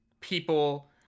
people